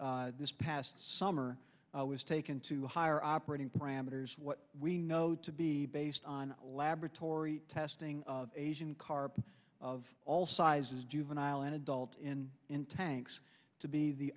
this past summer was taken to higher operating parameters what we know to be based on laboratory testing of asian carp of all sizes juvenile an adult in in tanks to be the